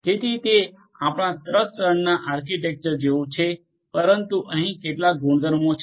તેથી તે આપણા 3 સ્તરના આર્કિટેક્ચર જેવું જ છે પરંતુ અહીં કેટલાક ગુણધર્મો છે